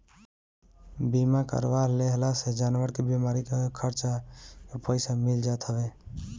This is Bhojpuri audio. बीमा करवा लेहला से जानवर के बीमारी के खर्चा के पईसा मिल जात हवे